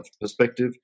perspective